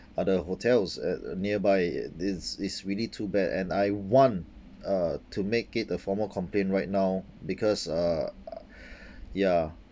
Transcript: other hotels at uh nearby it it's it's really too bad and I want uh to make it a formal complaint right now because uh ya